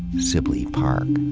sibley park.